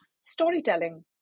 storytelling